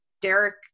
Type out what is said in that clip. Derek